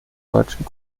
deutschen